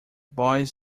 boys